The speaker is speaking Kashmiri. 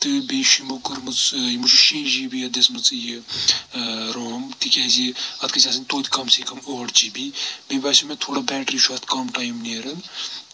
تہٕ بیٚیہِ چھُ یِمو کوٚرمٕژ یِمو چھُ شے جی بی یَتھ دِژمٕژ یہِ روم تِکیازِ اَتھ گژھِ آسٕنۍ توتہِ کَم سے کَم ٲٹھ جی بی بیٚیہِ باسیٚو مےٚ تھوڑا بیٹری چھُ اَتھ کَم ٹایِم نیران